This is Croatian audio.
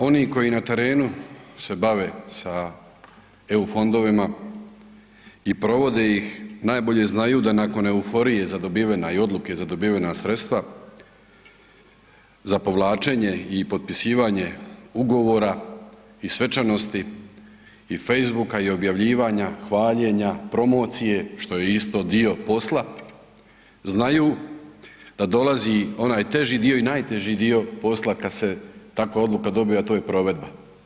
Oni koji na terenu se bave sa eu fondovima i provode ih najbolje znaju da nakon euforije i odluke za dobivena sredstva za povlačenje i potpisivanje ugovora i svečanosti i facebooka i objavljivanja, hvaljenja, promocije što je isto dio posla znaju da dolazi onaj teži dio i onaj najteži dio posla kada se takva odluka dobije, a to je provedba.